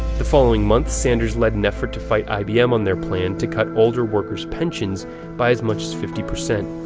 the following month, sanders led an effort to fight ibm on their plan to cut older workers' pensions by as much as fifty percent.